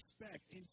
respect